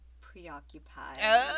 preoccupied